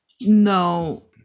No